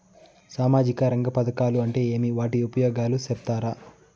సామాజిక రంగ పథకాలు అంటే ఏమి? వాటి ఉపయోగాలు సెప్తారా?